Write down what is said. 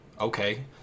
Okay